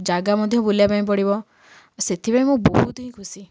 ଜାଗା ମଧ୍ୟ ବୁଲିବା ପାଇଁ ପଡ଼ିବ ସେଥିପାଇଁ ମୁଁ ବହୁତ ହିଁ ଖୁସି